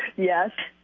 yes.